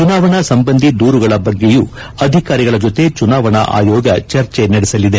ಚುನಾವಣಾ ಸಂಬಂಧಿ ದೂರುಗಳ ಬಗ್ಗೆಯೂ ಅಧಿಕಾರಿಗಳ ಜೊತೆ ಚುನಾವಣಾ ಆಯೋಗ ಚರ್ಚೆ ನಡೆಸಲಿದೆ